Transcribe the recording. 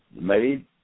made